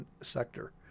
sector